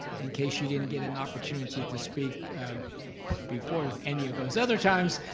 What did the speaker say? in case you didn't get an opportunity to speak before any of those other times,